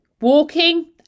walking